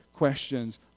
questions